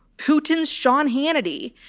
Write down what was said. putin's sean hannity,